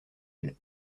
île